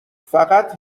فقط